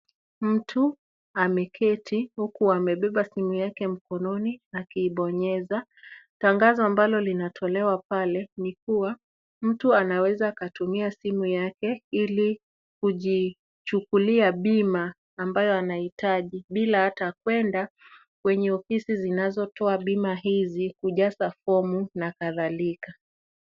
Mtu ameketi huku amebeba simu yake mkononi, akibonyeza. Tangazo ambalo linatolewa pale ni kuwa, mtu anaweza akatumia simu yake ili kujichukulia bima ambayo anaitaji bila ata kuenda kwenye ofisi zinazotoa bima hizi kujaza fomu na kadhalika.